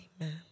Amen